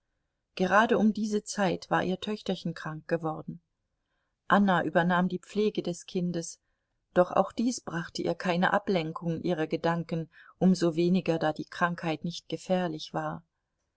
gerade um diese zeit war ihr töchterchen krank geworden anna übernahm die pflege des kindes doch auch dies brachte ihr keine ablenkung ihrer gedanken um so weniger da die krankheit nicht gefährlich war